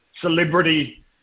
celebrity